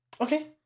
Okay